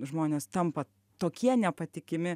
žmonės tampa tokie nepatikimi